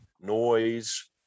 noise